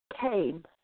came